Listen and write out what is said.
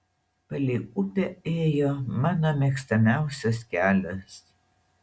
palei upę ėjo mano mėgstamiausias kelias